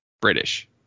British